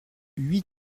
huit